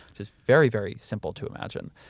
just very, very simple to imagine,